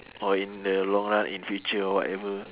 or in the long run in future or whatever